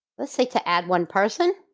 let's say to add one person